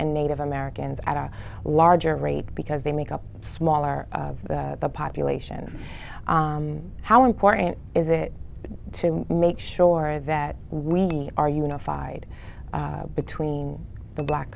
and native americans at a larger rate because they make up smaller that the population how important is it to make sure that we are unified between the black